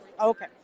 Okay